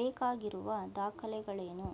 ಬೇಕಾಗಿರುವ ದಾಖಲೆಗಳೇನು?